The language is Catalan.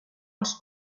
als